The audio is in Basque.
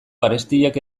garestiak